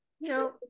No